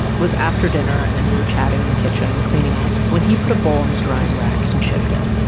it was after dinner. and we were chatting in the kitchen, cleaning up, when he put a bowl in the drying rack and chipped it.